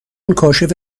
کاشف